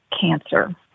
cancer